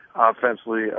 Offensively